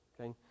Okay